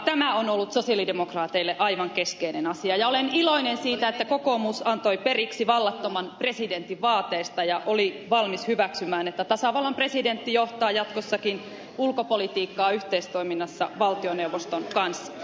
tämä on ollut sosialidemokraateille aivan keskeinen asia ja olen iloinen siitä että kokoomus antoi periksi vallattoman presidentin vaateista ja oli valmis hyväksymään että tasavallan presidentti johtaa jatkossakin ulko politiikkaa yhteistoiminnassa valtioneuvoston kanssa